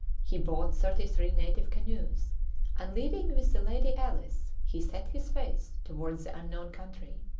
he bought thirty-three native canoes and, leading with the lady alice, he set his face towards the unknown country.